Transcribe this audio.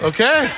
Okay